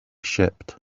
shipped